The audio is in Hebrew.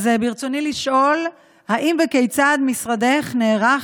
ברצוני לשאול: האם וכיצד משרדך נערך